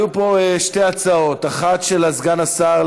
היו פה שתי הצעות: אחת של סגן השר,